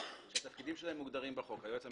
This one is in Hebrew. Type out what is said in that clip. שהתפקידים שלהם מוגדרים בחוק: היועץ המשפטי,